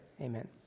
Amen